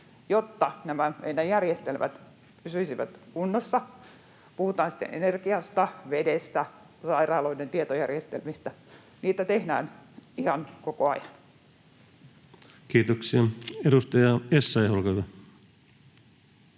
jotta nämä meidän järjestelmämme pysyisivät kunnossa — puhutaan sitten energiasta, vedestä, sairaaloiden tietojärjestelmistä — tehdään ihan koko ajan. Kiitoksia. — Edustaja Essayah, olkaa hyvä.